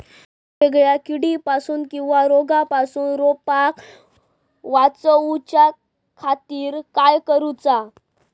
वेगवेगल्या किडीपासून किवा रोगापासून रोपाक वाचउच्या खातीर काय करूचा?